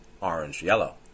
orange-yellow